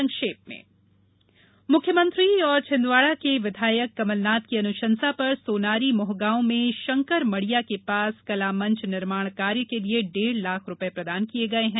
संक्षिप्त समाचार मुख्यमंत्री और छिन्दवाड़ा के विधायक कमल नाथ की अनुशंसा पर सोनारी मोहगांव में शंकर मड़िया के पास कलामंच निर्माण कार्य के लिये डेढ़ लाख रूपये प्रदान किये गए हैं